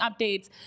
updates